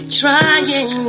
trying